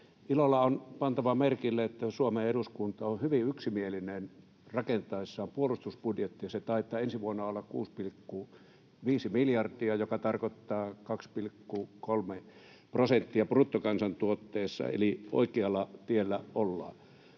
Ilolla on pantava merkille, että Suomen eduskunta on hyvin yksimielinen rakentaessaan puolustusbudjettia. Se taitaa ensi vuonna olla 6,5 miljardia, joka tarkoittaa 2,3:a prosenttia bruttokansantuotteesta, eli oikealla tiellä ollaan.